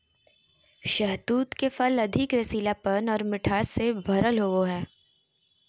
शहतूत के फल अधिक रसीलापन आर मिठास से भरल होवो हय